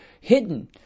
hidden